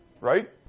right